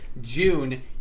June